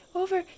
over